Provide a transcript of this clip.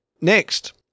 next